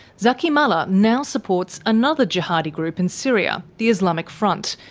zaky mallah now supports another jihadi group in syria, the islamic front,